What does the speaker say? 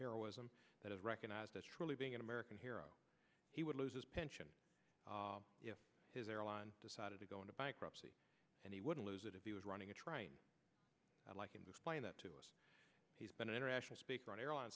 heroism that is recognized as truly being an american hero he would lose his pension if his airline decided to go into bankruptcy and he would lose it if he was running a train i'd like him to explain that to us he's been an international speaker on airline